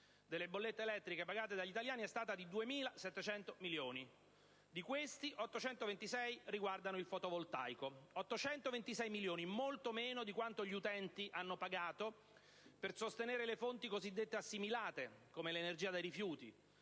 delle bollette elettriche pagate dagli italiani è stata di 2.700 milioni; di questi, 826 milioni riguardano il fotovoltaico: 826 milioni sono una cifra molto inferiore a quanto gli utenti hanno pagato per sostenere le fonti cosiddette assimilate, come l'energia dai rifiuti,